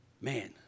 man